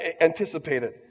anticipated